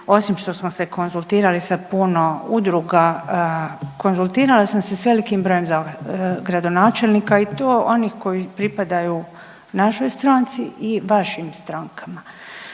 osim što smo se konzultirali sa puno udruga konzultirala sam se s velikim brojim gradonačelnika i to onih koji pripadaju našoj stranci i vašim strankama.